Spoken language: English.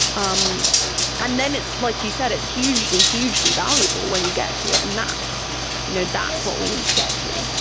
um and then, like you said, it's hugely, hugely valuable when you get to it, and that's you know that's what we need to get to